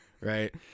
Right